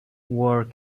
wore